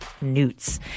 newts